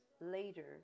later